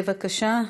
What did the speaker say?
בבקשה,